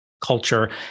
culture